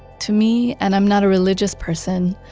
to me, and i'm not a religious person,